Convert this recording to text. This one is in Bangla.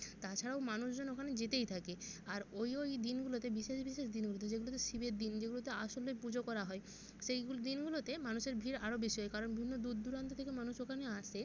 তাছাড়াও মানুষজন ওখানে যেতেই থাকে আর ওই ওই দিনগুলোতে বিশেষ বিশেষ দিনগুলিতে যেগুলোতে শিবের দিন যেগুলোতে আসলে পুজো করা হয় সেইগুলো দিনগুলোতে মানুষের ভিড় আরো বেশি হয় কারণ বিভিন্ন দূর দূরান্ত থেকে মানুষ ওখানে আসে